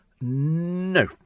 No